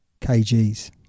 kgs